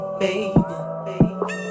baby